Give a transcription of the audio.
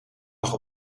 lag